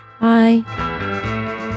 bye